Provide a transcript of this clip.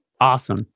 Awesome